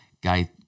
Guy